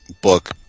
book